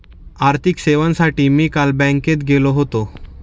आर्थिक सेवांसाठी मी काल बँकेत गेलो होतो